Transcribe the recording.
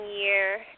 year